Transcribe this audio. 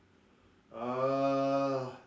err